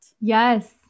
Yes